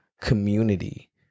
community